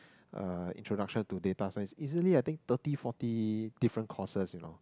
uh introduction to data science easily I think thirty forty different courses you know